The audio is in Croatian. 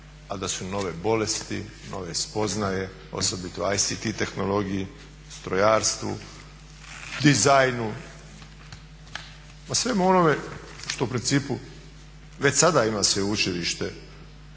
a da su nove bolesti, nove spoznaje, osobito ICT tehnologiji, strojarstvu, dizajnu ma svemu onome što u principu već sada ima sveučilište